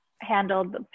handled